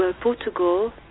portugal